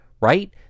right